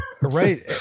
Right